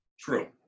True